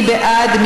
מי בעד?